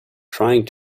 trying